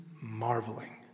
marveling